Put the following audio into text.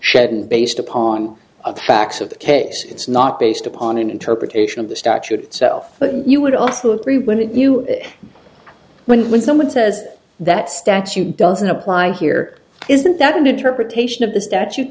shedden based upon the facts of the case it's not based upon an interpretation of the statute itself but you would also agree with you when when someone says that statute doesn't apply here isn't that an interpretation of the statute